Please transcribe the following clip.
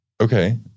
Okay